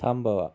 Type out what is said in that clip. थांबवा